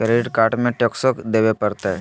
Credit card में टेक्सो देवे परते?